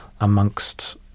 amongst